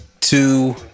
two